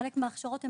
חלק מההכשרות,